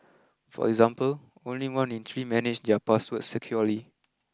for example only one in three manage their passwords securely